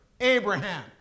Abraham